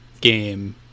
game